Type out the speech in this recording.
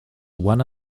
one